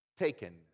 Taken